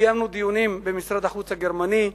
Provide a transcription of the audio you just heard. קיימנו דיונים במשרד החוץ הגרמני,